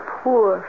poor